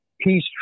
peace